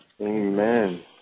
amen